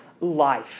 life